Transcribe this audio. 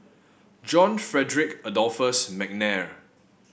John Frederick Adolphus McNair